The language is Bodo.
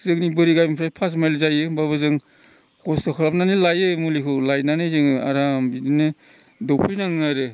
जोंनि बोरि गामिनिफ्राय फास माइल जायो जों होमब्लाबो जों खस्थ' खालामनानै लायो मुलिखौ लायनानै जों आराम बिदिनो दौफैनाङो आरो